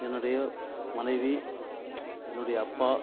என்னுடைய மனைவி என்னுடைய அப்பா